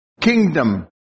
kingdom